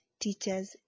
teachers